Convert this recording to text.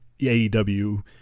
AEW